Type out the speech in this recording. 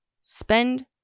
spend